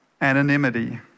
anonymity